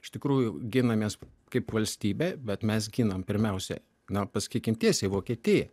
iš tikrųjų ginamės kaip valstybė bet mes ginam pirmiausia na pasakykime tiesiai vokietiją